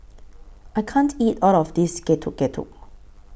I can't eat All of This Getuk Getuk